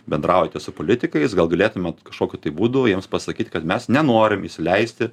bendraujate su politikais gal galėtumėt kažkokiu tai būdu jiems pasakyti kad mes nenorim įsileisti